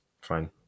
Fine